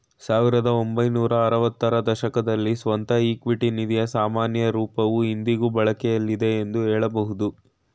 ಸಾವಿರದ ಒಂಬೈನೂರ ಆರವತ್ತ ರ ದಶಕದಲ್ಲಿ ಸ್ವಂತ ಇಕ್ವಿಟಿ ನಿಧಿಯ ಸಾಮಾನ್ಯ ರೂಪವು ಇಂದಿಗೂ ಬಳಕೆಯಲ್ಲಿದೆ ಎಂದು ಹೇಳಬಹುದು